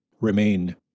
remain